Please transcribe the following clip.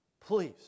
Please